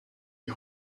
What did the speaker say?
die